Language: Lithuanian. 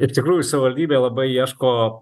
iš tikrųjų savivaldybė labai ieško